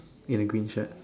in a green shirt